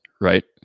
right